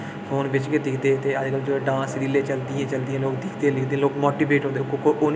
phone बिच गै दिक्खदे ते अजकल जो डांस रीलें चलदी गै चलदी लोक दिक्खदे दिक्खदे लोक मोटीवेट होंदे